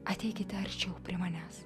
ateikite arčiau prie manęs